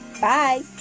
Bye